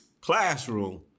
classroom